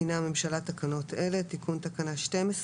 מתקינה הממשלה תקנות אלה: תיקון תקנה 12